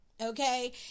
Okay